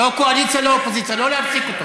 לא קואליציה, לא אופוזיציה לא להפסיק אותו.